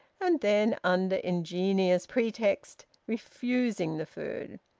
and then under ingenious pretexts refusing the food.